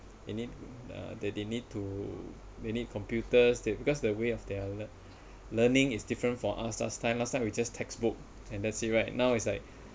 they need uh they they need to they need computers they because the way of their learning is different for us last time last time we just textbook and that's it right now is like